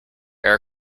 air